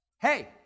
hey